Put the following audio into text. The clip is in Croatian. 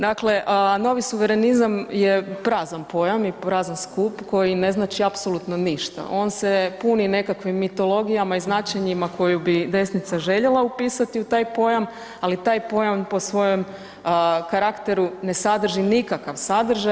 Dakle, novi suverenizam je prazan pojam i prazan skup koji ne znači apsolutno ništa, on se puni nekakvim mitologijama i značenjima koju bi desnica željela upisati u taj pojam, ali taj pojam po svojem karakteru ne sadrži nikakvi sadržaj.